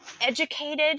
educated